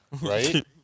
Right